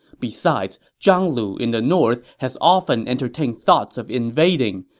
besides, zhang lu in the north has often entertained thoughts of invading.